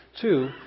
two